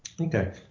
Okay